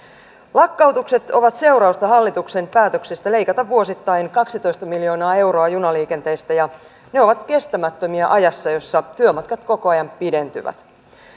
lakkautukset ovat seurausta hallituksen päätöksistä leikata vuosittain kaksitoista miljoonaa euroa junaliikenteestä ja ne ovat kestämättömiä ajassa jossa työmatkat koko ajan pidentyvät